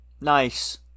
Nice